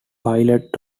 pilot